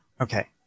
Okay